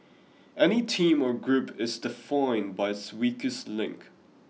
any team or group is defined by its weakest link